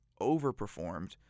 overperformed